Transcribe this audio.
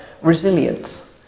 resilience